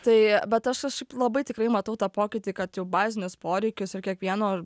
tai bet aš kažkaip labai tikrai matau tą pokytį kad jau bazinius poreikius ir kiekvieno